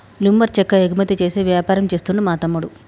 lumber చెక్క ఎగుమతి చేసే వ్యాపారం చేస్తుండు మా తమ్ముడు